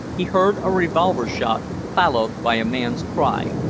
he heard a revolver shot, followed by a man's cry.